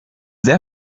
sehr